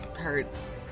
hurts